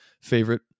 favorite